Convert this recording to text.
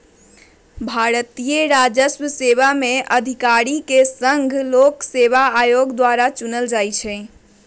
भारतीय राजस्व सेवा में अधिकारि के संघ लोक सेवा आयोग द्वारा चुनल जाइ छइ